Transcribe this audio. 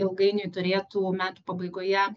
ilgainiui turėtų metų pabaigoje